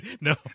No